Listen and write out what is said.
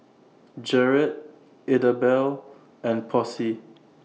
Jarrod Idabelle and Posey